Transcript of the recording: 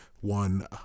one